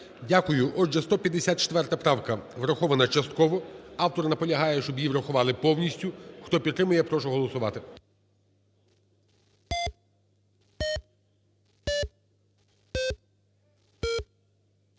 Дякую. Отже, 154 правка врахована частково. Автор наполягає, щоб її врахували повністю. Хто підтримує, я прошу голосувати.